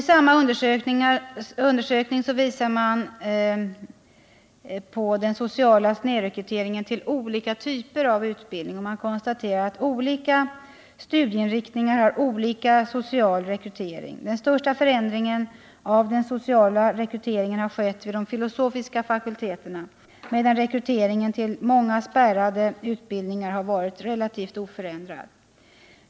I samma undersökning visar man på den sociala snedrekryteringen till olika typer av utbildning: Olika studieinriktningar har olika social rekrytering. Den största förändringen av den sociala rekryteringen har skett vid de filosofiska fakulteterna, medan rekryteringen till många spärrade utbildningar har varit relativt oförändrad.